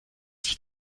sich